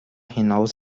hinaus